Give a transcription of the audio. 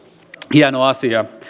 hieno asia